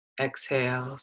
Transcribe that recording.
Exhale